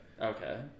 Okay